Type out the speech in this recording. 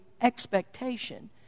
Expectation